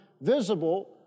visible